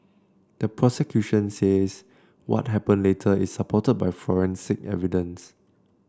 the prosecution says what happened later is supported by forensic evidence